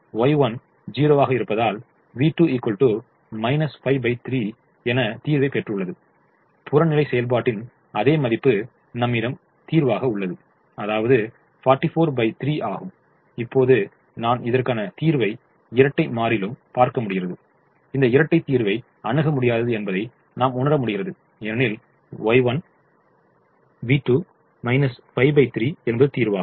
Y1 0 வாக இருப்பதால் v2 53 என தீர்வை பெற்றுள்ளது புறநிலை செயல்பாட்டின் அதே மதிப்பு நம்மிடம் தீர்வாக உள்ளது அதாவது 443 ஆகும் இப்போது நான் இதற்கான தீர்வை இரட்டை மாறிலும் பார்க்க முடிகிறது இந்த இரட்டை தீர்வை அணுக முடியாதது என்பதை நாம் உணர முடிகிறது ஏனெனில் y v2 53 என்பது தீர்வாகும்